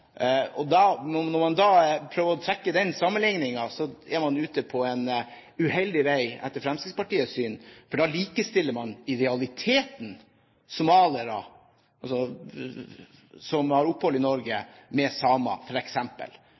man da prøver å trekke den sammenligningen, er man ute på en uheldig vei, etter Fremskrittspartiets syn. For da likestiller man i realiteten somaliere som har opphold i Norge, med